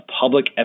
public